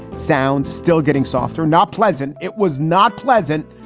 sound still getting softer, not pleasant. it was not pleasant.